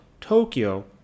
Tokyo